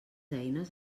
eines